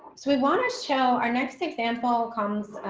so we want to show our next example comes